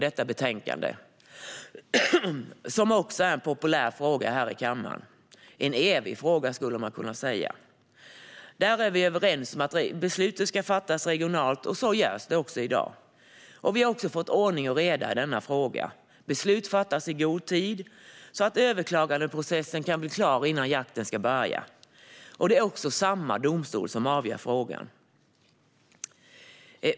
Det är också en populär fråga i kammaren - en evig fråga. Vi är överens om att besluten ska fattas regionalt, och så görs i dag. Vi har också fått ordning och reda i denna fråga, det vill säga att beslut fattas i god tid så att överklagandeprocessen kan bli klar innan jakten ska börja. Det är också samma domstol som avgör frågan.